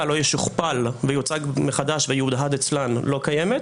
לא ישוכפל ויוצג מחדש ויתועד אצלן לא קיימת,